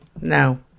No